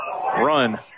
Run